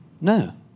No